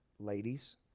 Ladies